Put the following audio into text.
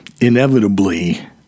inevitably